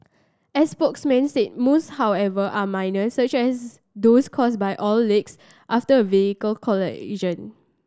a spokesman said most however are minor such as those caused by oil leaks after a vehicle collision